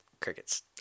crickets